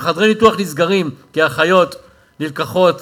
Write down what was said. חלק מאוד מכובד.